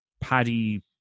paddy